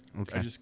Okay